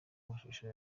amashusho